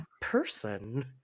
person